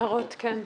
הערות, כן.